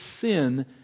sin